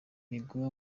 miguna